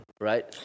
right